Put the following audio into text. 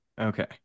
okay